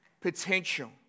potential